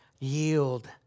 Yield